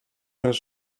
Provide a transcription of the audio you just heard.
robi